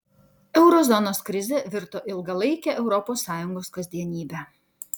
euro zonos krizė virto ilgalaike europos sąjungos kasdienybe